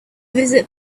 visit